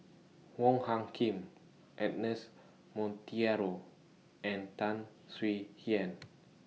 Wong Hung Khim Ernest Monteiro and Tan Swie Hian